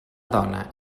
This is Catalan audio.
dona